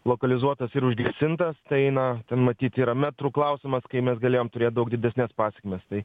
lokalizuotas ir užgesintas tai na ten matyt yra metrų klausimas kai mes galėjom turėt daug didesnes pasekmes tai